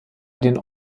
den